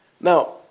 Now